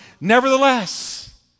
nevertheless